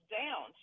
down